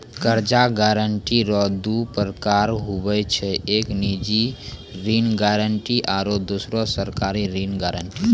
कर्जा गारंटी रो दू परकार हुवै छै एक निजी ऋण गारंटी आरो दुसरो सरकारी ऋण गारंटी